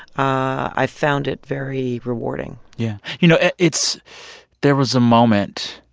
i found it very rewarding yeah. you know, it's there was a moment,